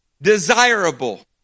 desirable